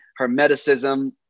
hermeticism